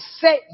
set